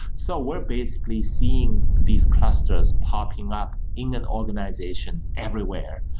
so we're basically seeing these clusters popping up in an organization everywhere,